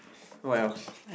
what else